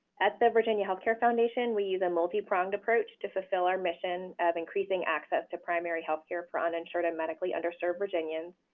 at the virginia health care foundation, we use a multipronged approach to fulfill our mission of increasing access to primary health care for uninsured and medically underserved virginians.